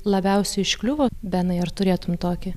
labiausiai užkliuvo benai ar turėtum tokį